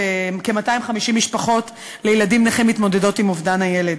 כ-250 משפחות לילדים נכים מתמודדות עם אובדן הילד.